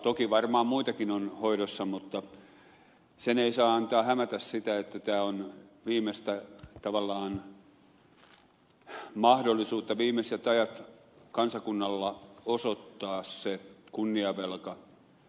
toki varmaan muitakin on hoidossa mutta sen ei saa antaa hämätä siinä että tämä on tavallaan viimeinen mahdollisuutta viimeiset ajat kansakunnalla osoittaa se kunniavelka